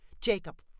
Jacob